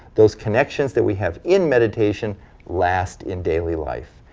those connections that we have in meditation last in daily life.